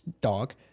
dog